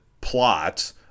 plot